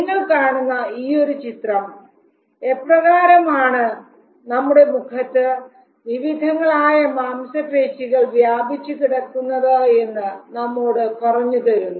നിങ്ങൾ കാണുന്ന ഈയൊരു ചിത്രം എപ്രകാരമാണ് നമ്മുടെ മുഖത്ത് വിവിധങ്ങളായ മാംസപേശികൾ വ്യാപിച്ചുകിടക്കുന്നത് എന്ന് നമ്മോട് പറഞ്ഞുതരുന്നു